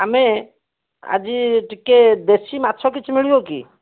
ଆମେ ଆଜି ଟିକିଏ ଦେଶୀ ମାଛ କିଛି ମିଳିବ କି